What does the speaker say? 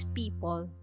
people